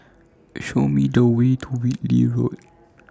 Show Me The Way to Whitley Road